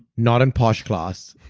not in posh class,